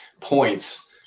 points